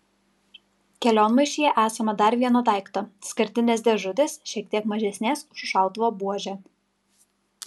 kelionmaišyje esama dar vieno daikto skardinės dėžutės šiek tiek mažesnės už šautuvo buožę